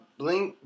blink